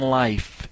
life